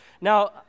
Now